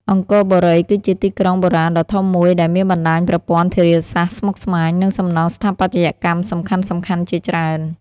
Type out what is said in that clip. អង្គរបុរី គឺជាទីក្រុងបុរាណដ៏ធំមួយដែលមានបណ្តាញប្រព័ន្ធធារាសាស្ត្រស្មុគស្មាញ និងសំណង់ស្ថាបត្យកម្មសំខាន់ៗជាច្រើន។